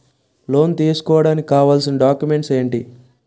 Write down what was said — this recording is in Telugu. లోన్ తీసుకోడానికి కావాల్సిన డాక్యుమెంట్స్ ఎంటి?